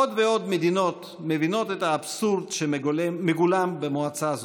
עוד ועוד מדינות מבינות את האבסורד שמגולם במועצה הזאת.